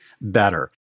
better